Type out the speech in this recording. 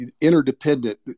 interdependent